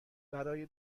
برای